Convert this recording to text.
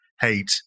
hate